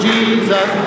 Jesus